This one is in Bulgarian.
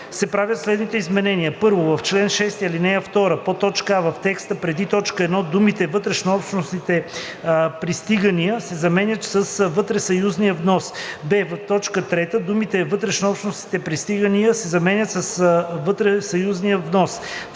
се правят следните изменения: